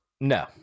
No